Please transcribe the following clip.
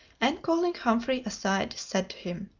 and, calling humphrey aside, said to him,